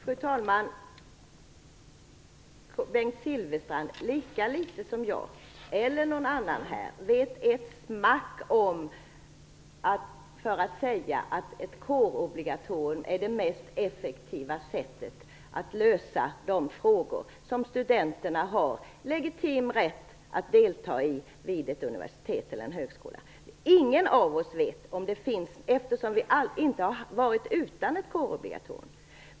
Fru talman! Bengt Silfverstrand vet lika litet som jag eller någon annan ett smack om huvudvida ett kårobligatorium är det mest effektiva sättet att lösa de frågor som studenterna har legitim rätt att medverka i vid ett universitet eller en högskola. Ingen av oss vet, eftersom vi inte har varit utan ett kårobligatorium.